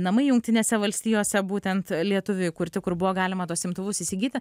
namai jungtinėse valstijose būtent lietuvių įkurti kur buvo galima tuos imtuvus įsigyti